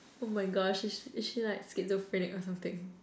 oh my gosh she is is she like schizophrenic or something